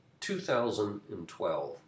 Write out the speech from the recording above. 2012